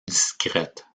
discrète